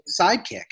sidekick